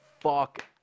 fuck